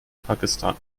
pakistan